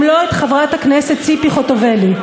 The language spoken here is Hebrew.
אם לא את חברת הכנסת ציפי חוטובלי?